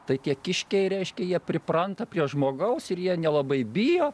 tai tie kiškiai reiškia jie pripranta prie žmogaus ir jie nelabai bijo